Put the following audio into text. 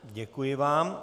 Děkuji vám.